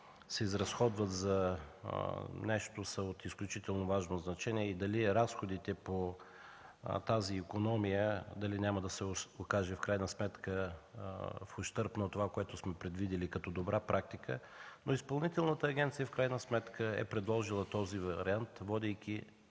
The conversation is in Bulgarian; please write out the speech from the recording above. се изразходват за нещо, са от изключително важно значение и дали разходите по тази икономия дали няма да се окажат в крайна сметка в ущърб на това, което сме предвидили като добра практика, но Изпълнителната агенция в крайна сметка е предложила този вариант, водейки